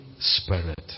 Spirit